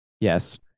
Yes